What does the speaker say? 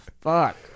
Fuck